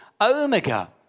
Omega